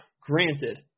granted